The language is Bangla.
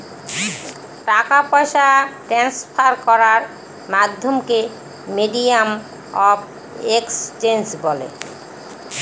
টাকা পয়সা ট্রান্সফার করার মাধ্যমকে মিডিয়াম অফ এক্সচেঞ্জ বলে